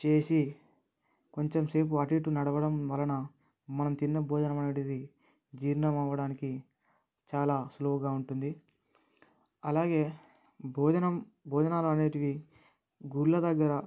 చేసి కొంచెం సేపు అటు ఇటు నడవడం వలన మనం తిన్న భోజనం అనేది జీర్ణం అవ్వడానికి చాలా సులువుగా ఉంటుంది అలాగే భోజనం భోజనాలు అనేవి గుళ్ళ దగ్గర